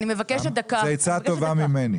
זו עצה טובה ממני.